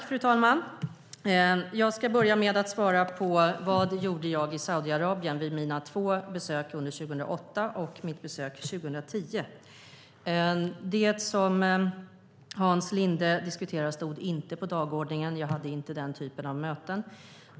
Fru talman! Jag börjar med att svara på frågan om vad jag gjorde i Saudiarabien vid mina två besök 2008 och mitt besök 2010. Det som Hans Linde tar upp stod inte på dagordningen. Jag hade inte den typen av möten.